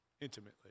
intimately